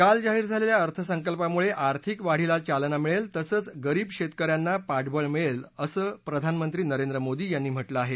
काल जाहीर झालेल्या अर्थसंकल्पामुळे आर्थिक वाढीला चालना मिळेल तसंच गरीव शेतक यांना पाठबळ मिळेल असं प्रधानमंत्री नरेंद्र मोदी यांनी म्हटलं आहे